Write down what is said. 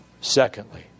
Secondly